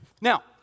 Now